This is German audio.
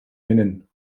nennen